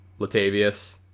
Latavius